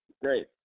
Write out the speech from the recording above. Great